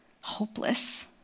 hopeless